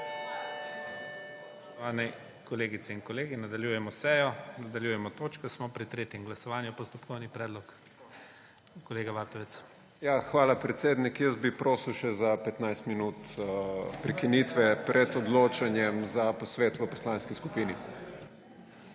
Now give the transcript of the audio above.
Hvala, predsednik. Jaz bi prosil še za 15 minut prekinitve pred odločanjem za posvet v poslanski skupini.